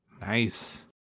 Nice